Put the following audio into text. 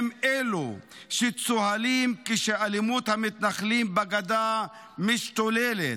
הם אלו שצוהלים כשאלימות המתנחלים בגדה משתוללת.